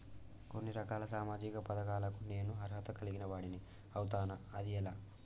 కొన్ని రకాల సామాజిక పథకాలకు నేను అర్హత కలిగిన వాడిని అవుతానా? అది ఎలా?